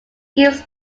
gives